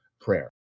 prayer